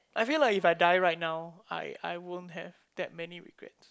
I feel like if I die right now I I won't have that many regrets